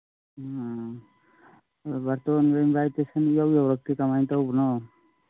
ꯑꯣ ꯕꯥꯇꯣꯟ ꯏꯟꯚꯥꯏꯇꯦꯁꯟ ꯏꯌꯧ ꯌꯧꯔꯛꯇꯦ ꯀꯃꯥꯏꯕ ꯇꯧꯕꯅꯣ